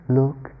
look